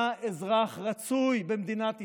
אתה אזרח רצוי במדינת ישראל,